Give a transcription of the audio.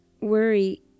Worry